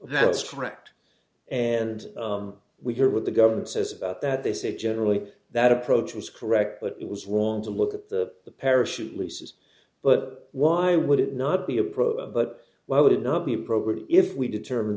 tracked and we hear what the government says about that they said generally that approach was correct but it was wrong to look at the parachute leases but why would it not be appropriate but why would it not be appropriate if we determine